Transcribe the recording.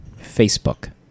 Facebook